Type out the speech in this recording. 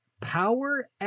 Power